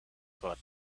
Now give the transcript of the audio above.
foot